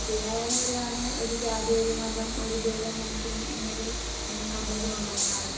ശ്രീ നാരായണ ഗുരു ആണ് ഒരു ജാതി ഒരു മതം ഒരു ദൈവം മനുഷ്യന് എന്നൊരു കണ്ടൻ്റ് കൊണ്ടുവന്ന ആൾ